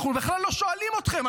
אנחנו בכלל לא שואלים אתכם,